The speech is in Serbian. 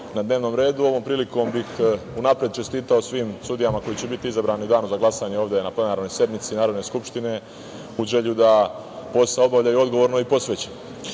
na dnevnom redu i ovom prilikom bih unapred čestitao svim sudijama koje će biti izabrane u danu za glasanje, ovde na plenarnoj sednici Narodne skupštine, uz želju da posao obavljaju odgovorno i posvećeno. Ovo